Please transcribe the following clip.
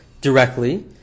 directly